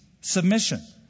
submission